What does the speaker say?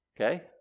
Okay